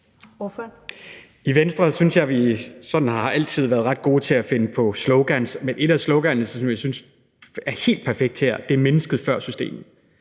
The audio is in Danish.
i Venstre altid har været sådan ret gode til at finde på slogans. Et af de slogan, som jeg synes er helt perfekt her, er »Mennesket før systemet«.